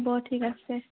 হ'ব ঠিক আছে